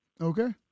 Okay